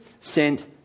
sent